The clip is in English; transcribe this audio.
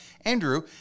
Andrew